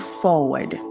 forward